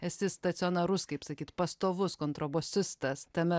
esi stacionarus kaip sakyt pastovus kontrabosistas tame